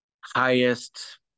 highest